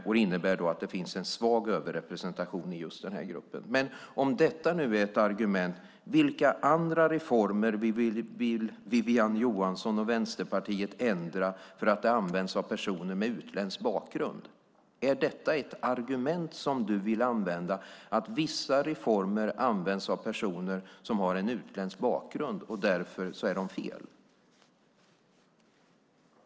Det innebär att det finns en svag överrepresentation i just denna grupp. Men om detta nu är ett argument, vilka andra reformer vill Wiwi-Anne Johansson och Vänsterpartiet ändra för att det är personer med utländsk bakgrund som tar del av dem? Är detta ett argument som du vill använda, alltså att det är personer som har en utländsk bakgrund som tar del av vissa reformer och att dessa reformer därför är fel?